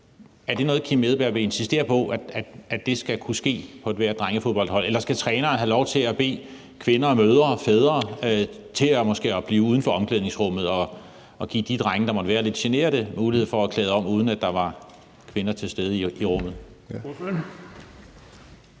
er det så noget, hr. Kim Edberg Andersen vil insistere på skal kunne ske for ethvert drengefodboldhold, eller skal træneren have lov til at bede mødre og fædre om måske at blive uden for omklædningsrummet og give de drenge, der måtte være lidt generte, mulighed for at klæde om, uden at der er kvinder til stede i rummet?